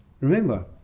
remember